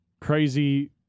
Crazy